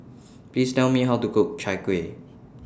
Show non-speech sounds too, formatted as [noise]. [noise] Please Tell Me How to Cook Chai Kueh